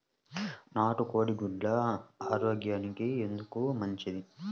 నాటు కోడి గుడ్లు ఆరోగ్యానికి ఎందుకు మంచిది?